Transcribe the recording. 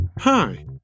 Hi